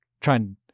trying